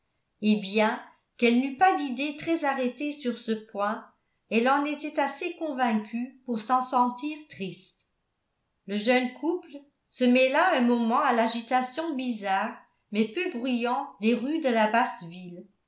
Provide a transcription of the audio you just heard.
et bien qu'elle n'eût pas d'idée très arrêtée sur ce point elle en était assez convaincue pour s'en sentir triste le jeune couple se mêla un moment à l'agitation bizarre mais peu bruyante des rues de la basse ville